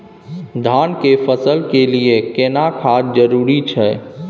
धान के फसल के लिये केना खाद जरूरी छै?